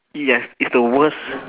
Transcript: yes it's the worst